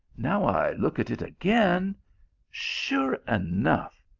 now i look at it again sure enough,